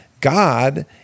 God